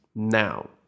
Now